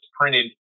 printed